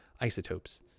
isotopes